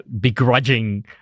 Begrudging